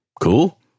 Cool